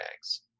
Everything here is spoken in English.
eggs